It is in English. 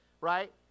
right